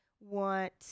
want